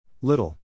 Little